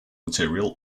material